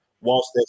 whilst